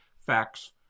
facts